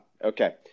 Okay